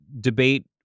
debate